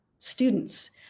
students